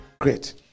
Great